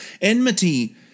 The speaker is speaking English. Enmity